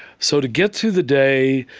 so to get through the day,